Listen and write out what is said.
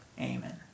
Amen